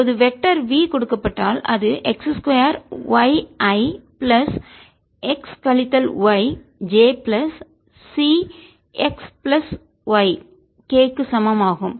இப்போதுவெக்டர் v கொடுக்கப்பட்டால் அது x 2 y i plus x கழித்தல் y j plus c x plus y k க்கு சமம் ஆகும்